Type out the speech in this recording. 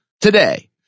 today